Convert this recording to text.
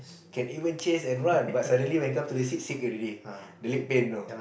can even chase and run but suddenly when come up to the sick seat already the leg bent you know